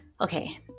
Okay